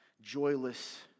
joyless